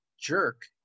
jerk